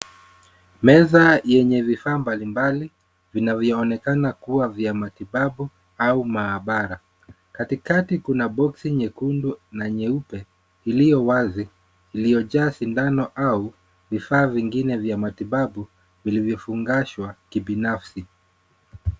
Meza yenye vifaa mbalimbali vinavyo onekana kuwa vya matibabu au maabara. Katikati kuna boxi nyekundu na nyeupe iliyo wazi iliyojaa sindano au vifaa vingine vya matibabu vilivyo fungashwa kibinafsi.